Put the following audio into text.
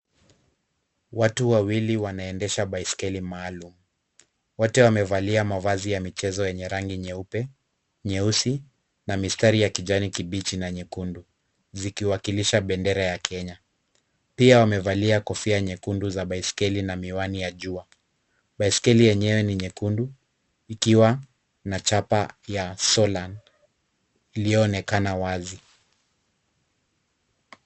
Watu wawili wanaendesha baiskeli maalum. Wote wamevalia mavazi ya michezo yenye rangi nyeupe, nyeusi na mistari ya kijani kibichi na nyekundu. Zikiwakilisha bendera ya Kenya. Pia wamevalia kofia nyekundu za baiskeli na miwani ya jua. Baiskeli yenyewe ni nyekundu ikiwa na chapa ya sola , iliyoonekana wazi.